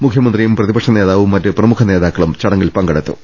മുഖ്യമന്ത്രി യും പ്രതിപക്ഷ നേതാവും മറ്റ് പ്രമുഖ നേതാക്കളും ചടങ്ങിൽ പങ്കെ ടുത്തു